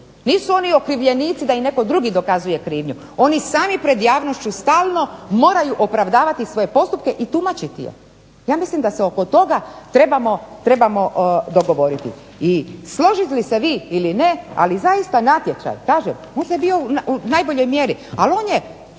Nisu oni okrivljenici da im netko drugi dokazuje krivnju, oni sami pred javnošću stalno moraju opravdavati svoje postupke i tumačiti ih. Ja mislim da se oko toga trebamo dogovoriti. I složili se vi ili ne, ali zaista natječaj, kažem možda je bio u najboljoj mjeri al on je